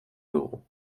dugu